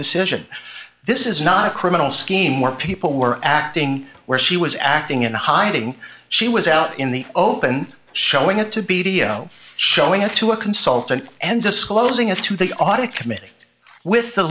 decision this is not a criminal scheme or people were acting where she was acting in hiding she was out in the open showing it to b t o showing it to a consultant and disclosing it to the audit committee with the